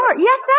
Yes